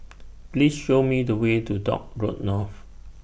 Please Show Me The Way to Dock Road North